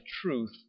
truth